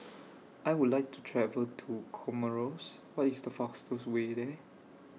I Would like to travel to Comoros What IS The fastest Way There